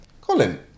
Colin